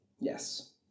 Yes